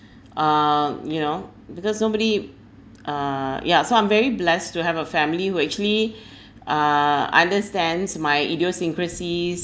um you know because nobody uh yeah so I'm very blessed to have a family who actually uh understands my idiosyncrasies